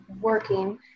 working